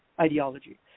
ideology